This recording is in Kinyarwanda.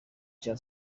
cya